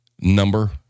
number